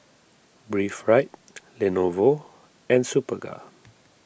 Breathe Right Lenovo and Superga